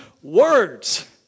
words